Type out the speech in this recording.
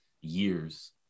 years